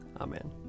Amen